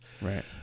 right